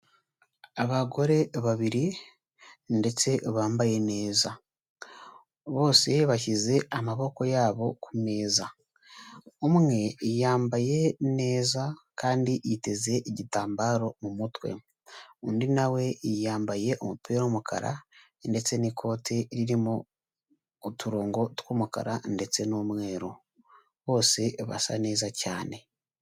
Abagore babiri ndetse bambaye neza, bose bashyize amaboko yabo ku meza, umwe yambaye neza kandi yiteze igitambaro mu mutwe, undi na we yambaye umupira w'umukara ndetse n'ikoti ririmo uturongo tw'umukara ndetse n'umweru, bose basa neza cyane.